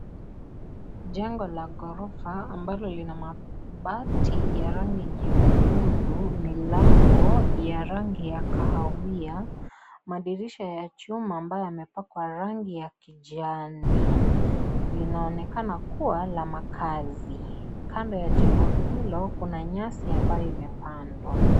Jengo la gorofa ambalo lina mabati ya rangi nyekundu, milango ya rangi ya kahawia, madirisha ya chuma ambayo yamepakwa rangi ya kijani. Linaonekana kuwa la makaazi. Kando ya jengo hilo kuna nyasi imepandwa.